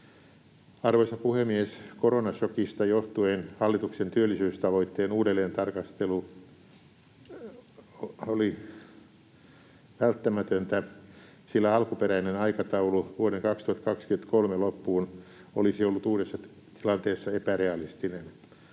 Arvoisa puhemies! Koronašokista johtuen hallituksen työllisyystavoitteen uudelleentarkastelu oli välttämätöntä, sillä alkuperäinen aikataulu, vuoden 2023 loppuun, olisi ollut uudessa tilanteessa epärealistinen.